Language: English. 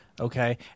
Okay